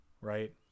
right